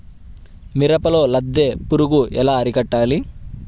మిరపలో లద్దె పురుగు ఎలా అరికట్టాలి?